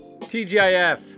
TGIF